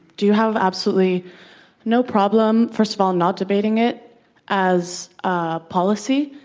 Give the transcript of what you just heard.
do you have absolutely no problem, first of all, not debating it as ah policy?